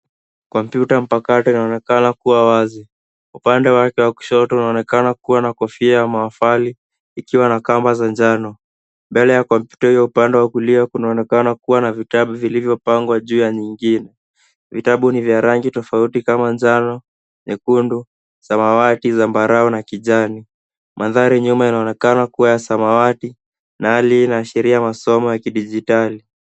Kompyuta mpakato inaonekana kuwa wazi. Upande wake wa kushoto unaonekana kuwa na kofia ya maofali ikiwa na kamba za njano. Mbele ya Kompyuta hiyo, upande wa kulia, kunaonekana kuwa vitabu vilivyopangwa juu ya nyingine. Vitabu ni vya rangi tofauti kama njano, nyekundu, samawati, zambarau na kijani. Mandhari nyuma yanaonekana kuwa ya samawati na hali hii inaashiria masomo ya kidijitali.